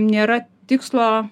nėra tikslo